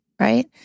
right